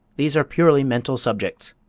these are purely mental subjects.